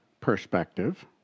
perspective